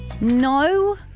No